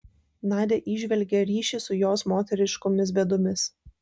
nadia įžvelgė ryšį su jos moteriškomis bėdomis